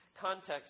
context